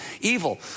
evil